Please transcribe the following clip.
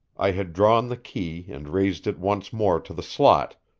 i had drawn the key and raised it once more to the slot,